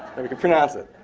that we could pronounce it.